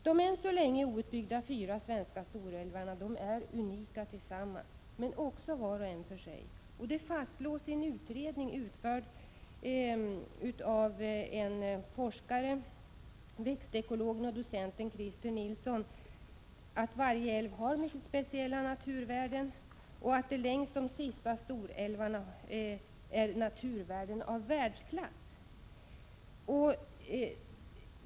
De än så länge outbyggda fyra svenska storälvarna är unika tillsammans — men också var och en för sig. Det fastslås i en utredning utförd av en forskare, växtekologen och docenten Christer Nilsson, att varje älv har mycket speciella naturvärden och att det längs de sista storälvarna finns naturvärden av världsklass.